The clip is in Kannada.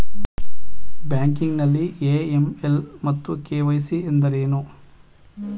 ಬ್ಯಾಂಕಿಂಗ್ ನಲ್ಲಿ ಎ.ಎಂ.ಎಲ್ ಮತ್ತು ಕೆ.ವೈ.ಸಿ ಎಂದರೇನು?